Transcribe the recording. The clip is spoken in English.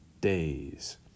days